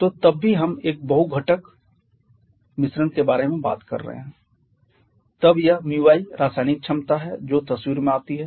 तो जब भी हम एक बहु घटक मिश्रण के बारे में बात कर रहे हैं तब यह μi रासायनिक क्षमता है जो तस्वीर में आती है